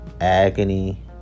agony